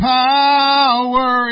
power